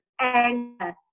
anger